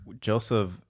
Joseph